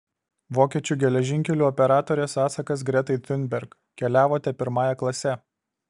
vokiečių geležinkelių operatorės atsakas gretai thunberg keliavote pirmąja klase